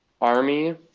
Army